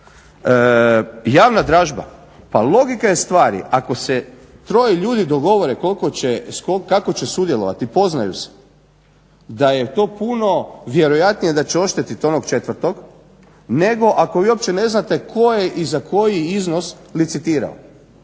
Javna dražba, pa logika je stvari ako se troje ljudi dogovore kako će sudjelovati i poznaju se, da je to puno vjerojatnije da će oštetiti onog četvrtog nego ako vi uopće ne znate tko je i za koji iznos licitirao.